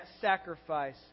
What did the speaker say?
sacrifice